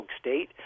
state